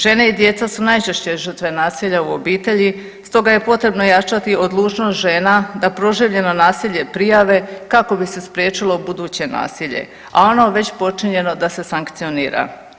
Žena i djeca su najčešće žrtve nasilja u obitelji, stoga je potrebno jačati odlučnost žena da proživljeno nasilje prijave kako bi se spriječilo buduće nasilje, a ono već počinjeno da se sankcionira.